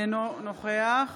אינו נוכח